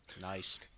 Nice